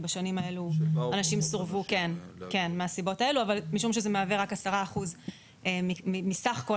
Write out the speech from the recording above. אבל מכיוון שזה מהווה רק 10% מסך כל